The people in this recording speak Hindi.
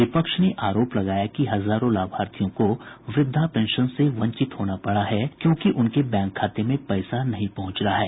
विपक्ष ने आरोप लगाया कि हजारों लाभार्थियों को व्रद्धा पेंशन से वंचित होना पड़ा है क्योंकि उनके बैंक खाते में पैसा नहीं पहुंच रहा है